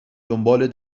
دنبال